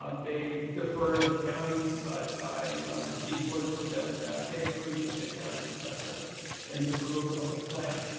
um they defer to the county. but i received word from them that they agreed with the county's assessment and the approval of the plan.